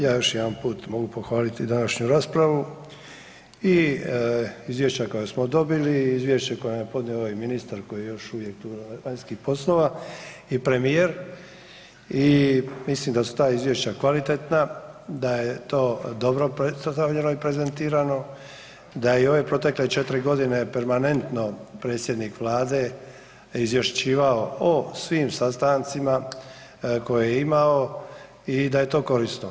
Ja još jedan put mogu pohvaliti današnju raspravu i izvješća koja smo dobili i izvješće koje nam je podnio ovaj ministar koji je još uvijek vanjskih poslova i premijer i mislim da su ta izvješća kvalitetna, da je to dobro predstavljeno i prezentirano, da je i ove protekle 4 godine permanentno predsjednik Vlade izvješćivao o svim sastancima koje je imamo i da je to korisno.